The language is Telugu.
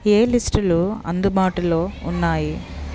ఏ లిస్టులు అందుబాటులో ఉన్నాయి